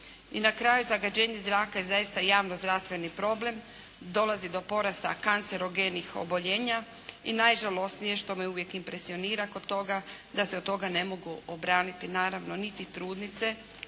I na kraju zagađenje zraka je zaista javno-zdravstveni problem. Dolazi do porasta kancerogenih oboljenja i najžalosnije što me uvijek impresionira kod toga da se od toga ne mogu obraniti naravno niti trudnice